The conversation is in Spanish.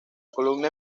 columna